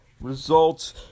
results